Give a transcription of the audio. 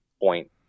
point